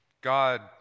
God